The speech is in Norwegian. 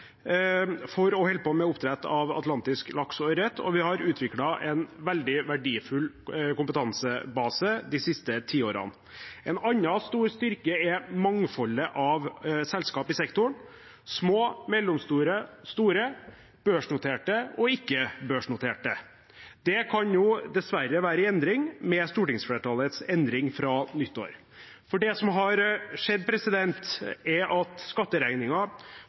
for å holde på med oppdrett av atlantisk laks og ørret, og vi har utviklet en veldig verdifull kompetansebase de siste tiårene. En annen stor styrke er mangfoldet av selskap i sektoren – små, mellomstore og store, børsnoterte og ikke-børsnoterte. Det kan nå dessverre være i endring med stortingsflertallets endring fra nyttår, for det som har skjedd, er at